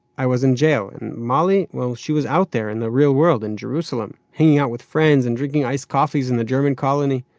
i was in jail. and mollie, well, she was out there. in the real world. in jerusalem. hanging out with friends and drinking ice coffees in the german colony.